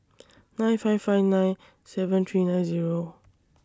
nine five five nine seven three nine Zero